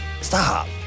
Stop